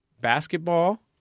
Basketball